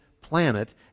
planet